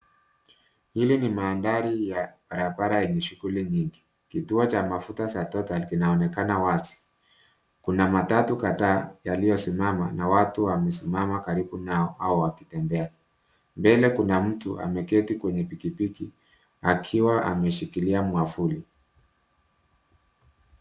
Hili ni maandari ya barabara enye shughuli nyingi. Kituo cha mafuta ya Total kinaonekana wazi. Kuna matatu kadhaa yaliosimama na watu wamesimama karibu nayo au wakitembea. Mbele kuna mtu ameketi kwenye pikipiki akiwa ameshikilia miavuli.